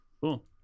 cool